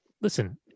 Listen